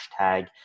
hashtag